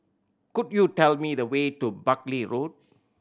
could you tell me the way to Buckley Road